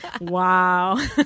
Wow